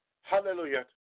hallelujah